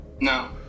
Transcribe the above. No